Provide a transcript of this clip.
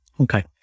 Okay